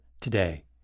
today